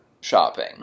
shopping